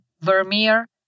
Vermeer